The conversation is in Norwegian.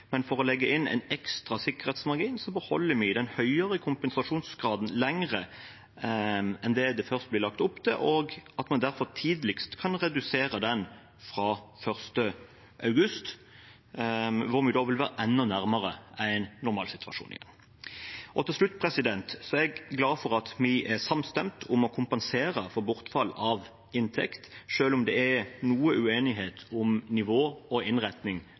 men for å legge inn en ekstra sikkerhetsmargin beholder vi den høyere kompensasjonsgraden lenger enn det det først ble lagt opp til, slik at man derfor tidligst kan redusere den fra 1. august, når vi vil være enda nærmere en normalsituasjon igjen. Til slutt er jeg glad for at vi er samstemte om å kompensere for bortfall av inntekt, selv om det er noe uenighet om nivå og innretning